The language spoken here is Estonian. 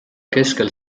keskel